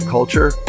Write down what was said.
Culture